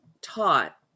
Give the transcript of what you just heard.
taught